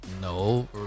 no